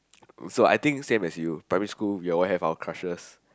so I think same as you primary school we all have our crushes